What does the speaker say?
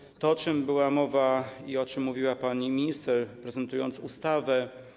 Chodzi o to, o czym była mowa i o czym mówiła pani minister, prezentując ustawę.